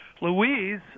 Louise